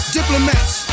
Diplomats